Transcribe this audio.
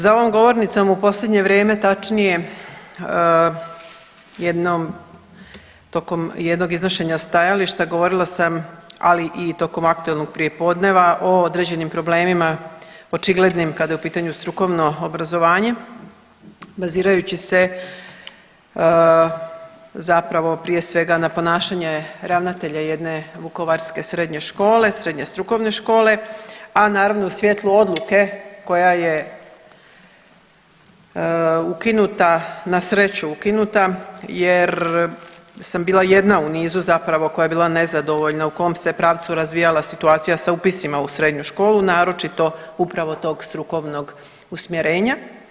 Za ovom govornicom u posljednje vrijeme, tačnije jednom, tokom jednog iznošenja stajališta govorila sam, ali i tokom aktuelnog prijepodneva o određenim problemima, očiglednim kada je u pitanju strukovno obrazovanje bazirajući se zapravo prije svega na ponašanje ravnatelja jedne Vukovarske srednje škole, srednje strukovne škole, a naravno u svjetlu odluke koja je ukinuta, na sreću ukinuta jer sam bila jedna u nizu zapravo koja je bila nezadovoljna u kom se pravcu razvijala situacija sa upisima u srednju školu, naročito upravo tog strukovnog usmjerenja.